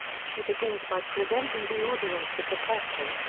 she begins by presenting the audience with the question,